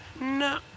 No